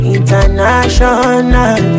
International